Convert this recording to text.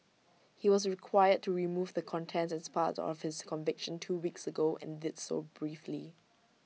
he was required to remove the content as part of his conviction two weeks ago and did so briefly